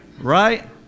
Right